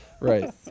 right